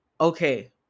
okay